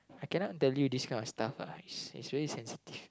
I cannot tell you this kind of stuffs ah it's it's very sensitive